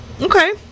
Okay